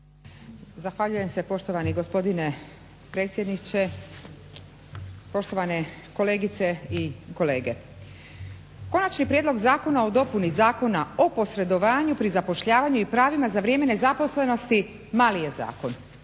Zahvaljujem se poštovani gospodine predsjedniče, poštovane kolegice i kolege. Konačni prijedlog Zakona o dopuni Zakona o posredovanju pri zapošljavanju i pravima za vrijeme nezaposlenosti mali je zakon.